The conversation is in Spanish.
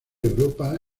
europa